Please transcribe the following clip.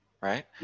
right